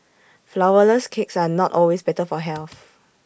Flourless Cakes are not always better for health